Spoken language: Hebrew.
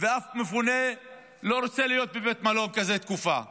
ואף מפונה לא רוצה להיות בבית מלון בתקופה כזאת.